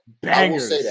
Bangers